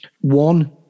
One